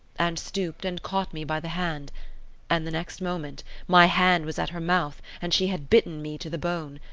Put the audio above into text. and stooped and caught me by the hand and the next moment my hand was at her mouth, and she had bitten me to the bone.